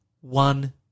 one